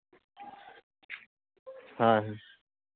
ᱦᱮᱸ